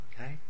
okay